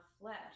flesh